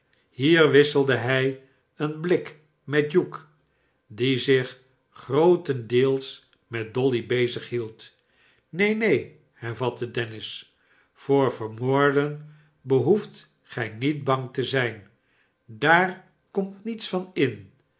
hier wisselde hij een blik met hugh die zich grootendeels t met dolly bezig hield neen neen hervatte dennis voor vermoorden behoeft gij niet bang te zijn daar komt mets van in